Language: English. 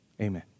Amen